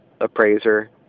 appraiser